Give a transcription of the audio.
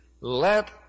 let